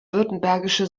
württembergische